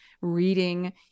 reading